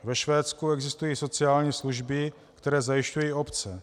Ve Švédsku existují sociální služby, které zajišťují obce.